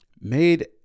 made